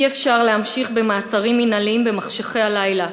אי-אפשר להמשיך במעצרים מינהליים במחשכי הלילה,